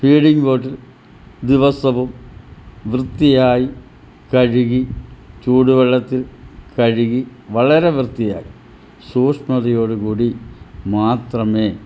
feeding bottle ദിവസവും വൃത്തിയായി കഴുകി ചൂടുവെള്ളത്തിൽ കഴുകി വളരെ വൃത്തിയായി സൂഷ്മതയോടുകൂടി മാത്രമേ